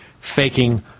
faking